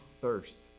thirst